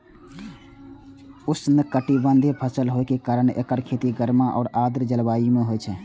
उष्णकटिबंधीय फसल होइ के कारण एकर खेती गर्म आ आर्द्र जलवायु मे होइ छै